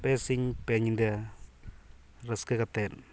ᱯᱮ ᱥᱤᱧ ᱯᱮᱧᱤᱫᱟᱹ ᱨᱟᱹᱥᱠᱟᱹ ᱠᱟᱛᱮ